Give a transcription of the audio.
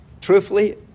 truthfully